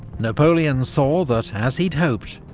napoleon saw that as he'd hoped,